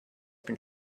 been